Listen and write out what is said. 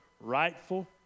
rightful